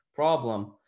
problem